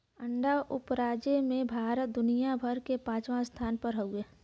अंडा उपराजे में भारत दुनिया भर में पचवां स्थान पर हउवे